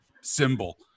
symbol